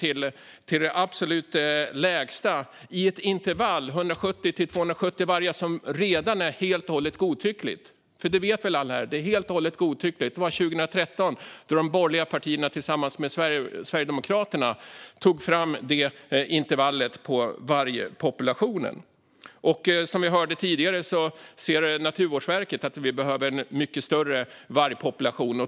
Det är det absolut lägsta i ett intervall på 170-270 vargar, vilket redan i sig är helt godtyckligt. För det vet väl alla här att det är helt godtyckligt? De borgerliga partierna tog 2013 fram det intervallet gällande vargpopulationen tillsammans med Sverigedemokraterna. Som vi hörde tidigare menar Naturvårdverket att vi behöver en mycket större vargpopulation.